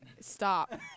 Stop